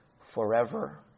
forever